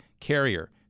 Carrier